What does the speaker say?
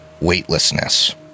weightlessness